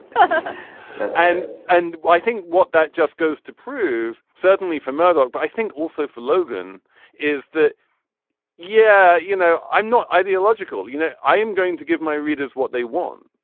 but and and i think what that just goes to prove certainly for murdoch. but i think also for logan is that yeah you know i'm not ideological you know i am going to give my readers what they want.